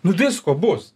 nu visko bus